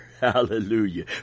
Hallelujah